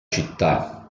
città